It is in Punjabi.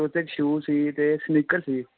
ਉਥੇ ਇੱਕ ਸ਼ੂ ਸੀ ਅਤੇ ਸਨੀਕਰ ਸੀ